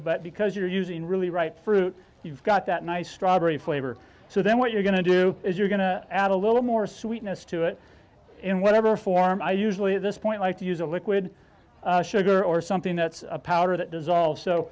but because you're using really right fruit you've got that nice strawberry flavor so then what you're going to do is you're going to add a little more sweetness to it in whatever form i usually at this point like to use a liquid sugar or something that's a powder that dissolves so